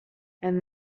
and